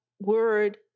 word